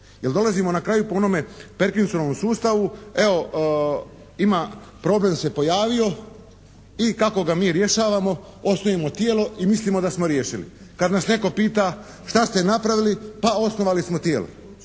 jer dolazimo na kraju po onome Perkinsovom sustavu, evo ima problem se pojavio i kako ga mi rješavamo? Osnujemo tijelo i mislimo da smo riješili. Kad nas netko pita šta ste napravili? Pa osnovali smo tijelo.